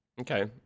Okay